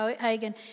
Hagen